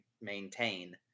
maintain